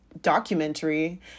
documentary